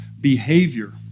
behavior